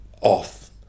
off